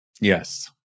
Yes